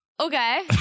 Okay